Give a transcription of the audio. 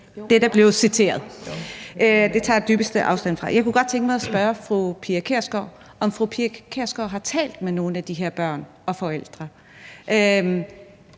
det, der blev citeret, tager jeg den dybeste afstand fra. Jeg kunne godt tænke mig at spørge fru Pia Kjærsgaard, om fru Pia Kjærsgaard har talt med nogle af de her børn og forældre.